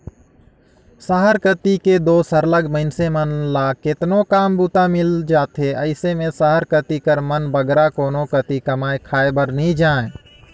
सहर कती दो सरलग मइनसे मन ल केतनो काम बूता मिल जाथे अइसे में सहर कती कर मन बगरा कोनो कती कमाए खाए बर नी जांए